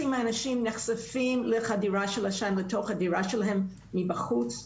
מהאנשים נחשפים לחדירת עשן לדירה שלהם מבחוץ.